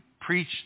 preach